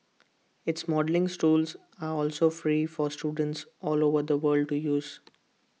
its modelling tools are also free for students all over the world to use